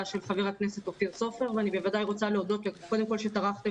של ח"כ אופיר סופר ואני בוודאי רוצה להודות קודם כל שטרחתם